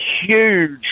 huge